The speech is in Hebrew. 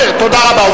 תודה רבה.